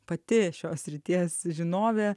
pati šios srities žinovė